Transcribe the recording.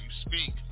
speak